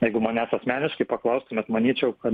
jeigu manęs asmeniškai paklaustumėt manyčiau kad